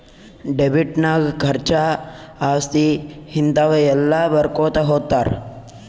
debit ನಾಗ್ ಖರ್ಚಾ, ಆಸ್ತಿ, ಹಿಂತಾವ ಎಲ್ಲ ಬರ್ಕೊತಾ ಹೊತ್ತಾರ್